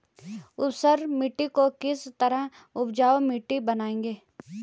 ऊसर मिट्टी को किस तरह उपजाऊ मिट्टी बनाएंगे?